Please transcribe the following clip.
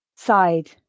Side